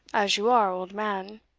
as you are old man.